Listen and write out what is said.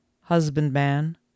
husbandman